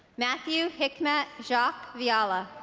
mathieu hikmat jacques viala